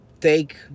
take